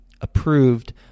approved